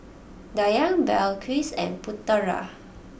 Dayang Balqis and Putera